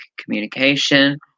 communication